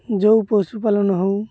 ଯେଉଁ ପଶୁପାଳନ ହଉ